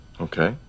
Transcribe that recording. okay